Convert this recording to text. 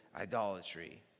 idolatry